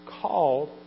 called